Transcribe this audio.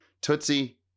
Tootsie